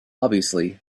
obviously